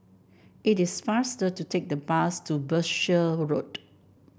it is faster to take the bus to Berkshire Road